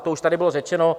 To už tady bylo řečeno.